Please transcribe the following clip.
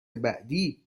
بعدی